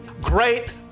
Great